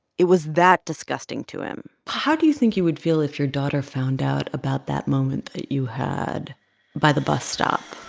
it was that disgusting to him how do you think you would feel if your daughter found out about that moment that you had by the bus stop?